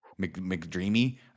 McDreamy